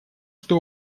что